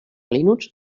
linux